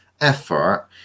effort